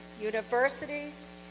universities